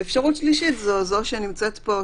אפשרות שלישית היא זאת שנמצאת פה,